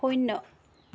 শূন্য